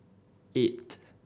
eight